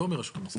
לא מרשות המיסים.